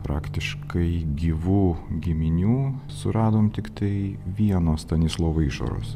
praktiškai gyvų giminių suradome tiktai vieno stanislovo išoros